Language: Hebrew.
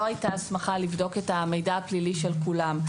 הייתה הסמכה לבדוק את המידע הפלילי של כולם.